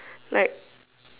like